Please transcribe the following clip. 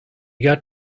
got